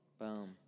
Boom